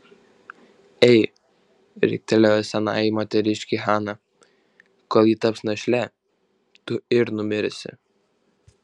ei riktelėjo senajai moteriškei hana kol ji taps našle tu ir numirsi